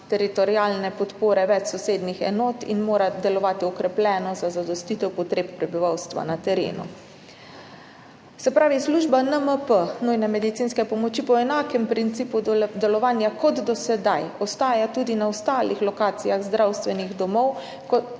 teritorialne podpore več sosednjih enot in mora delovati okrepljeno za zadostitev potreb prebivalstva na terenu. Se pravi, služba NMP, nujne medicinske pomoči, po enakem principu delovanja kot do sedaj ostaja tudi na ostalih lokacijah zdravstvenih domov,